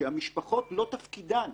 שהמשפחות לא תפקידן,